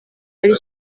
ari